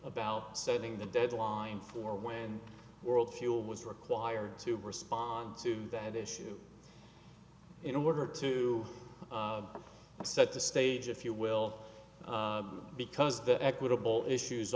about setting the deadline for when world fuel was required to respond to that issue in order to set the stage if you will because the equitable issues